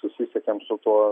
susisiekiam su tuo